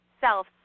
self